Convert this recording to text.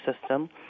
system